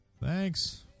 Thanks